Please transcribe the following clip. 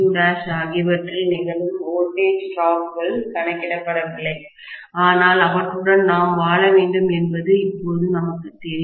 R1R2'X1X2'ஆகியவற்றில் நிகழும் வோல்டேஜ் டிராப்கள் கணக்கிடப்படவில்லை ஆனால் அவற்றுடன் நாம் வாழ வேண்டும் என்பதும் இப்போது நமக்குத் தெரியும்